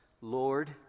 Lord